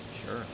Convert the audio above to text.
Sure